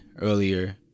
earlier